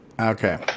okay